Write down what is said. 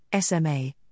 SMA